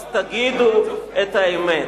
אז תגידו את האמת.